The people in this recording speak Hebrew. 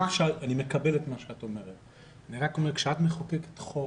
אני רק אומר שכאשר את מחוקקת חוק,